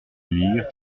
lire